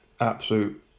Absolute